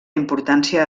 importància